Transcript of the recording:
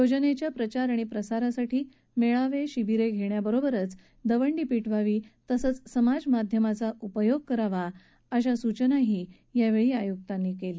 योजनेच्या प्रचार आणि प्रसारासाठी मेळावे शिबीरे घेण्याबरोबरच दंवडी पिटवावी तसेच समाज माध्यमाचा उपयोग करावा असंही यावेळी माने यांनी सांगितलं